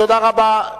תודה רבה.